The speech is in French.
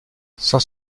sans